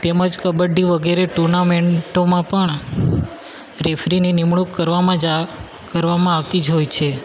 તેમજ કબડ્ડી વગેરે ટુર્નામેન્ટોમાં પણ રેફરીની નિમણૂક કરવામાં જ કરવામાં આવતી જ હોય છે